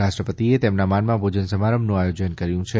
રાષ્ટ્રપતિએ તેમના માનમાં ભોજન સમારંભનું આયોજન કર્યું છે